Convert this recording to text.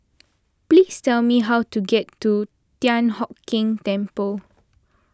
please tell me how to get to Thian Hock Keng Temple